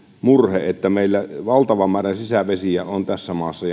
murhe on se kun meillä valtava määrä sisävesiä on tässä maassa